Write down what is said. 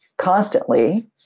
constantly